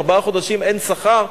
אבל ארבעה חודשים אין שכר,